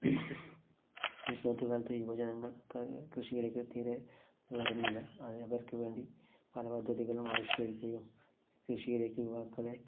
ഇപ്പോഴത്തെ കാലത്ത് യുവജനങ്ങൾക്ക് കൃഷിയിലേക്ക് തീരെ വരുന്നില്ല അവർക്കു വേണ്ടി പല പദ്ധതികളും ആവിഷ്കരിക്കുകയും കൃഷിയിലേക്ക് യുവാക്കളെ